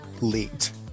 leaked